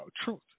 truth